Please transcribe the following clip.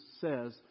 says